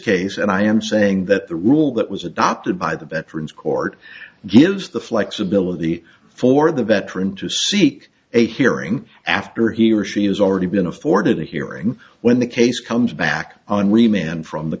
case and i am saying that the rule that was adopted by the veterans court gives the flexibility for the veteran to seek a hearing after he or she has already been afforded a hearing when the case comes back